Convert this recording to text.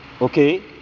okay